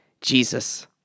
Jesus